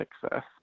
success